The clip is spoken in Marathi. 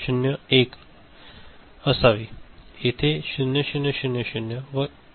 इथे 0 0 0 0 व येथे 0 0 0 1 असावे